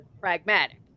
pragmatic